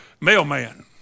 mailman